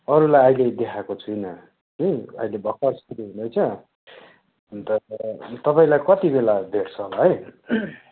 अरूलाई अहिले देखाएको छुइनँ कि अहिले भर्खर सुरु हुँदैछ अन्त तपाईँलाई कति बेला भेट्छ होला है